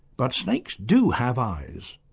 but snakes do have eyes.